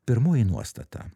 pirmoji nuostata